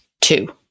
two